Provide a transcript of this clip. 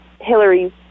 Hillary's